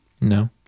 No